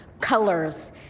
colors